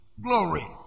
Glory